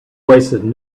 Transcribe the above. wasted